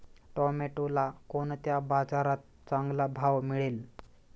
टोमॅटोला कोणत्या बाजारात चांगला भाव मिळेल?